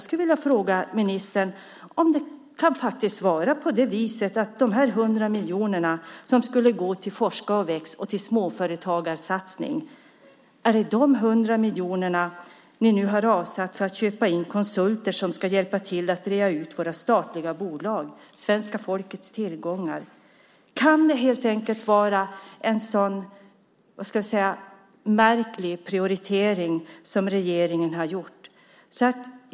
Kan det vara på det viset att de 100 miljoner som skulle gå till Forska och väx och till satsning på småföretag är de 100 miljoner som ni nu har avsatt för att köpa in konsulter som ska hjälpa till att rea ut våra statliga bolag, svenska folkets tillgångar? Kan det helt enkelt vara en sådan märklig prioritering som regeringen har gjort?